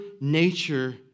nature